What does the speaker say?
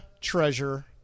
treasure